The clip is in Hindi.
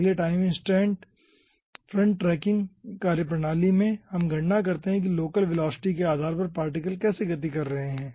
अगले टाइम इंस्टेंट फ्रंट ट्रैकिंग कार्यप्रणाली में हम गणना करते हैं कि लोकल वेलोसिटी के आधार पर पार्टिकल कैसे गति कर रहे हैं